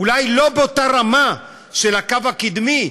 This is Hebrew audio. אולי לא באותה רמה של הקו הקדמי,